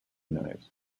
knives